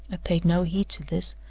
paid no heed to this,